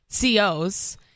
COs